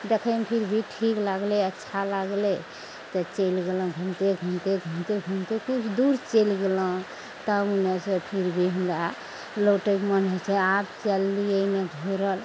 देखयमे फिर भी ठीक लागलइ अच्छा लागलइ तऽ चलि गेलहुँ घुमिते घुमिते घुमिते घुमिते किछु दूर चलि गेलहुँ तब ने से फिर भी हमरा लौटयके मोन होइ छै आब चललियै एने घुरल